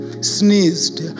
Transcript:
sneezed